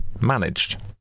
managed